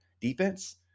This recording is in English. defense